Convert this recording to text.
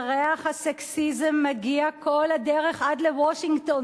וריח הסקסיזם מגיע כל הדרך עד לוושינגטון,